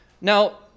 Now